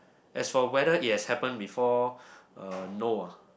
as for whether it has happened before uh no ah